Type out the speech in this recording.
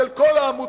של כל העמותות,